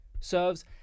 serves